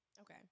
Okay